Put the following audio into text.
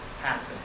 happen